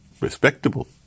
respectable